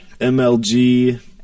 MLG